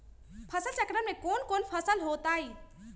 फसल चक्रण में कौन कौन फसल हो ताई?